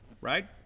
Right